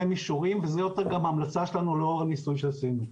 מישורים וזאת גם ההמלצה שלנו לאור הניסויים שעשינו.